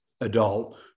adult